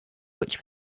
which